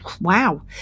Wow